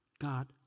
God